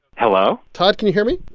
hello todd, can you hear me?